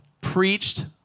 preached